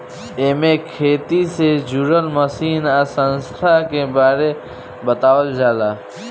एमे खेती से जुड़ल मशीन आ संसाधन के बारे बतावल जाला